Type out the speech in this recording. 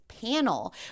panel